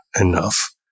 enough